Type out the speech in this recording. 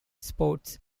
sports